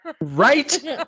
right